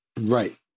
Right